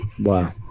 Wow